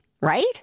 right